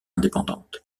indépendantes